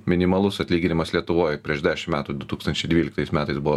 minimalus atlyginimas lietuvoj prieš dešim metų du tūkstančiai dvyliktais metais buvo